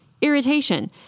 irritation